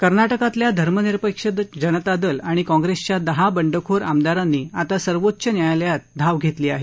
कर्नाटकातल्या धर्मनिरपेक्ष जनता दल आणि काँग्रेसच्या दहा बंडखोर आमदारांनी आता सर्वोच्च न्यायालयात धाव घेतली आहे